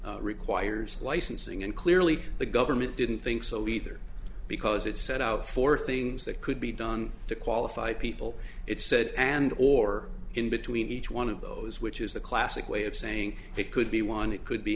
license requires licensing and clearly the government didn't think so either because it set out for things that could be done to qualify people it said and or in between each one of those which is the classic way of saying it could be one it could be